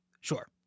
sure